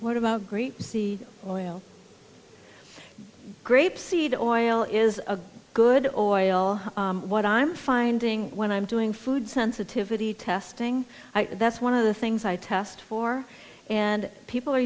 what about great to see oil grapeseed oil is a good or what i'm finding when i'm doing food sensitivity testing that's one of the things i test for and people are